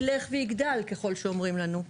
ככול שאומרים לנו,